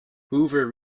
hoover